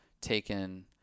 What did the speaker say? taken